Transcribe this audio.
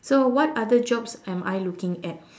so what other jobs am I looking at